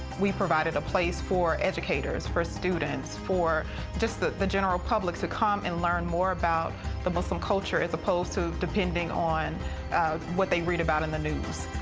we provided a place for educators, for students, for just the the general public to come and learn more about the muslim culture as opposed to depending on what they read about in the news.